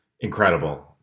Incredible